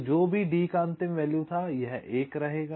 तो जो भी D का अंतिम वैल्यू था यह 1 रहेगा